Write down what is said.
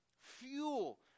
fuel